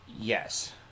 Yes